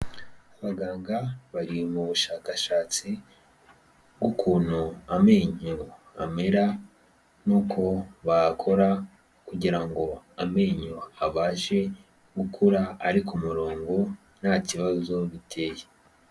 Abaganga bari mu bushakashatsi bw'ukuntu amenyo amera n'uko bakora kugira ngo amenyo abashe gukura ari k'umurongo nta kibazo biteye.